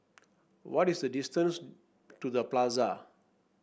what is the distance to The Plaza